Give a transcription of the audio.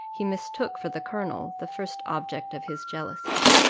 he mistook for the colonel, the first object of his jealousy.